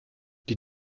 die